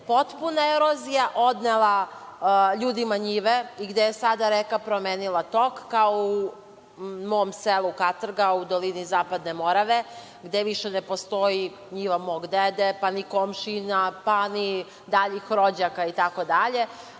potpuna erozija odnela ljudima njive, i gde je sada reka promenila tok, kao u mom selu Katrga u dolini Zapadne Morave, gde više ne postoji njiva mog dede, pa ni komšijina, pa ni daljih rođaka itd, kao